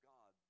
God